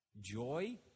Joy